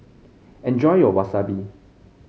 enjoy your Wasabi